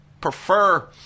prefer